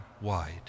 wide